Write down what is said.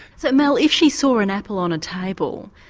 so, mel, if she saw an apple on a table,